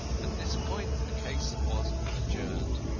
at this point the case was adjourned.